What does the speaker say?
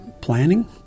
planning